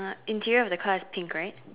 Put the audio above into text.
interior of the car is pink right